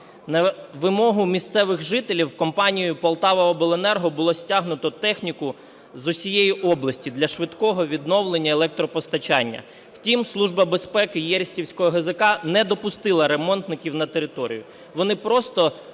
На вимогу місцевих жителів в компанію "Полтаваобленерго" було стягнуто техніку з усієї області для швидкого відновлення електропостачання. Втім служба безпеки Єристівського ГЗК не допустила ремонтників на територію, вони просто